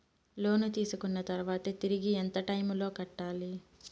లోను తీసుకున్న తర్వాత తిరిగి ఎంత టైములో కట్టాలి